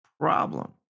problem